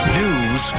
news